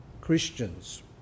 Christians